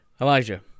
Elijah